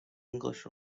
english